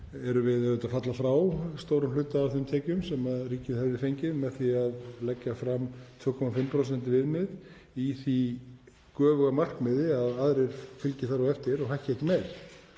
auðvitað að falla frá stórum hluta af þeim tekjum sem ríkið hefði fengið með því að leggja fram 2,5% viðmið í því göfuga markmiði að aðrir fylgi þar á eftir og hækki ekki meira.